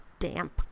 damp